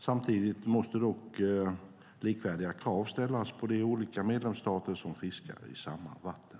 Samtidigt måste dock likvärdiga krav ställas på de olika medlemsstater som fiskar i samma vatten.